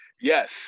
yes